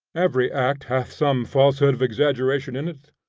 every act hath some falsehood of exaggeration in it.